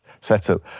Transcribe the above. setup